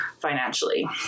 financially